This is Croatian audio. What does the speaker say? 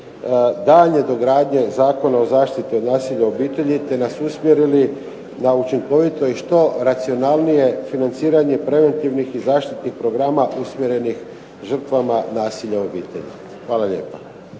daljnje dogradnje Zakona o zaštiti od nasilja u obitelji te nas usmjerili na učinkovito i što racionalnije financiranje preventivnih i zaštitnih programa usmjerenih žrtvama nasilja u obitelji. Hvala lijepa.